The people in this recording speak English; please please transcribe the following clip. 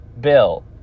bill